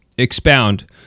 expound